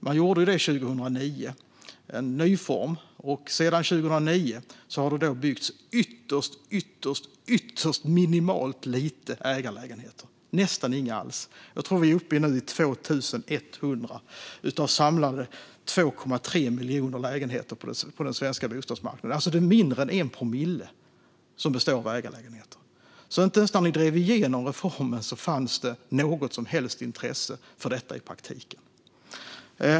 Man gjorde det i ny form 2009, och sedan 2009 har det byggts ytterst minimalt få ägarlägenheter, nästan inga alls. Jag tror att vi nu är uppe i 2 100 av sammanlagt 2,3 miljoner lägenheter på den svenska bostadsmarknaden. Det är alltså mindre än 1 promille som utgörs av ägarlägenheter. Inte ens när ni drev igenom reformen fanns det något som helst intresse för detta i praktiken.